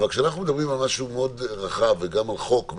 אבל כשאנחנו מדברים על משהו מאוד רחב וגם על חוק,